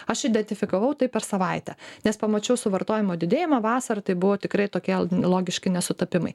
aš identifikavau tai per savaitę nes pamačiau suvartojimo didėjimą vasarą tai buvo tikrai tokie logiški nesutapimai